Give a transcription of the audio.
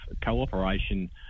cooperation